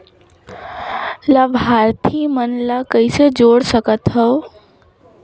लाभार्थी मन ल कइसे जोड़ सकथव?